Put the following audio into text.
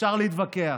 אפשר להתווכח,